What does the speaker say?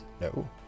No